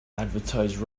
advertise